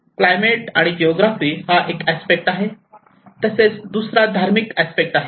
climate आणि geography हा एक अस्पेक्ट आहे तसेच दुसरा धार्मिक अस्पेक्ट आहे